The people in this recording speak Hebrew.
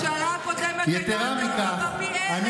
הממשלה הקודמת הייתה יותר טובה פי אלף,